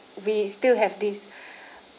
we still have this